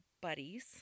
buddies